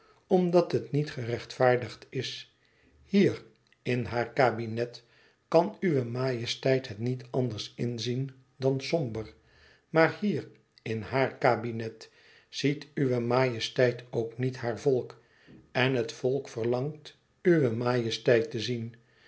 omdat het niet gerechtvaardigd is hier in haar kabinet kan uwe majesteit het niet anders inzien dan somber maar hier in haar kabinet ziet uwe majesteit ook niet haar volk en het volk verlangt uwe majesteit te zien